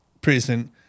prison